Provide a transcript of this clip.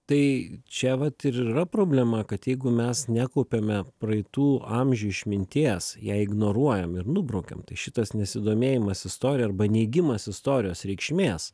tai čia vat ir yra problema kad jeigu mes nekaupiame praeitų amžių išminties ją ignoruojam ir nubraukiam tai šitas nesidomėjimas istorija arba neigimas istorijos reikšmės